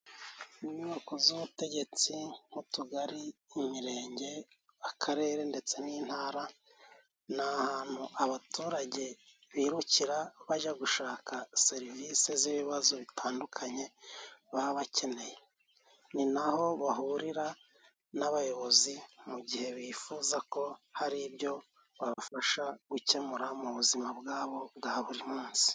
Mu nyubako z'ubutegetsi m'utugari, imirenge, akarere ndetse n'intara, ni ahantutu abaturage birukira bajya gushaka serivisi z'ibibazo bitandukanye baba bakeneye, ni naho bahurira n'abayobozi, mu gihe bifuza ko hari ibyo babafasha gukemura mu buzima bwabo bwa buri munsi.